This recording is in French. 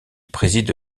préside